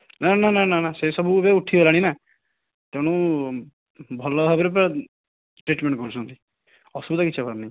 ନା ନା ନା ନା ନା ସେ ସବୁ ଏବେ ଉଠିଗଲାଣି ନା ତେଣୁ ଭଲ ଭାବରେ ପୁରା ଟ୍ରିଟମେଣ୍ଟ କରୁଛନ୍ତି ଅସୁବିଧା କିଛି ହେବାର ନାହିଁ